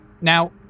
Now